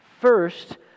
First